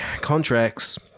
contracts